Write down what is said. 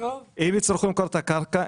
אם יצטרכו למכור את הקרקע,